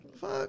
Fuck